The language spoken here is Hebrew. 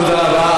תודה רבה.